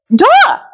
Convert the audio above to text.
duh